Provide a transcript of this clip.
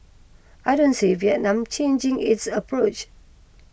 I don't see Vietnam changing its approach